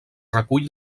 recull